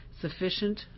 Sufficient